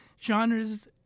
genres